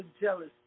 jealous